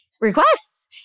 requests